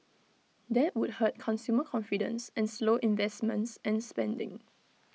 that would hurt consumer confidence and slow investments and spending